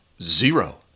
zero